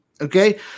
okay